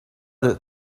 did